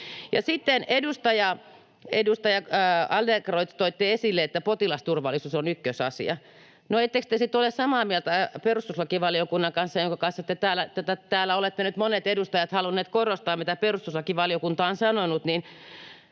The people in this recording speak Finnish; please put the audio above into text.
sitten, edustaja Adlercreutz, toitte esille, että potilasturvallisuus on ykkösasia. No, ettekö te sitten ole samaa mieltä perustuslakivaliokunnan kanssa, kun olette nyt monet edustajat halunneet korostaa, mitä perustuslakivaliokunta on sanonut?